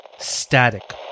Static